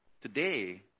Today